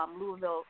Louisville